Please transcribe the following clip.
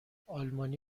آلمانی